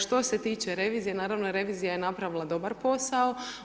Što se tiče revizije, naravno, revizija je napravila dobar posao.